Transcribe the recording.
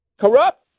corrupt